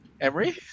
Emery